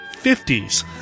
50s